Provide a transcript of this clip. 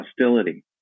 hostility